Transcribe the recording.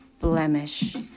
blemish